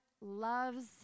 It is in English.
loves